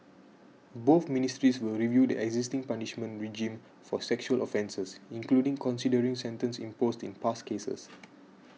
both ministries will review the existing punishment regime for sexual offences including considering sentences imposed in past cases